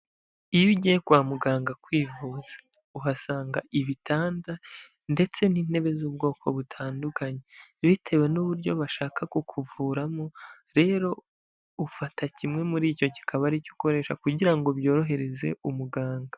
Iyo ugiye kwa muganga kwivuza, uhasanga ibitanda ndetse n'intebe z'ubwoko butandukanye, bitewe n'uburyo bashaka kukuvuramo, rero ufata kimwe muri icyo kikaba ari cyo ukoresha kugira ngo byorohereze umuganga.